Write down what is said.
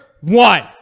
one